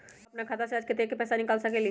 हम अपन खाता से आज कतेक पैसा निकाल सकेली?